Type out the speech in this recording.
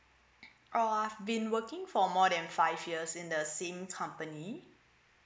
uh I've been working for more than five years in the same company